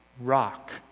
rock